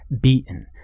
beaten